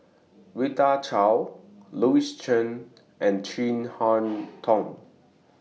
Rita Chao Louis Chen and Chin Harn Tong